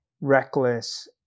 reckless